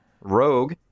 Rogue